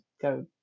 go